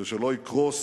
ושלא יקרוס